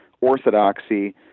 orthodoxy